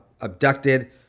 abducted